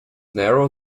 narrow